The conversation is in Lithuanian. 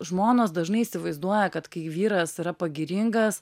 žmonos dažnai įsivaizduoja kad kai vyras yra pagiringas